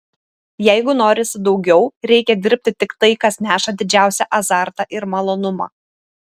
jeigu norisi daugiau reikia dirbti tik tai kas neša didžiausią azartą ir malonumą